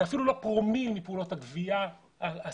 זה אפילו לא פרומיל מפעולות הגבייה הסדירות.